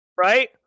right